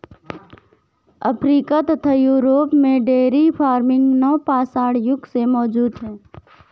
Africa तथा Europe में dairy farming नवपाषाण युग से मौजूद है